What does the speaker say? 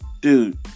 dude